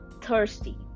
thirsty